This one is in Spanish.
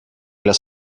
las